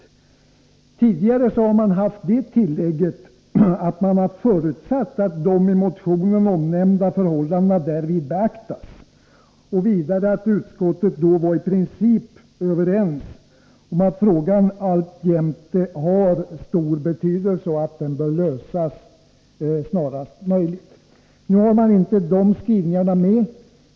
Tidigare har man gjort det tillägget, att man har förutsatt att de i motionen omnämnda förhållandena därvid skulle beaktas. Vidare har utskottet tidigare i princip varit överens om att frågan alltjämt har stor betydelse och bör lösas snarast möjligt. Nu har man inte tagit med de här skrivningarna.